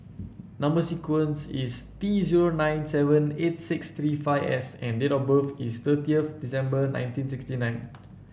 number sequence is T zero nine seven eight six three five S and date of birth is thirtieth December nineteen sixty nine